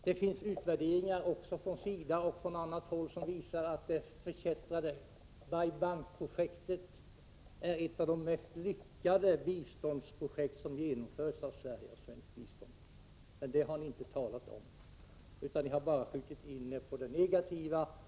Det finns också utvärderingar från SIDA och på annat håll som visar att det förkättrade Bai Bang-projektet är ett av de mest lyckade biståndsprojekt som har genomförts med svenskt bistånd. Men det har ni inte talat om — ni har bara skjutit in er på det negativa.